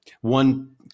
one